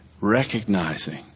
recognizing